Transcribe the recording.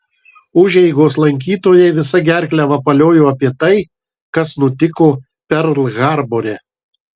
užeigos lankytojai visa gerkle vapaliojo apie tai kas nutiko perl harbore